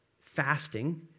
fasting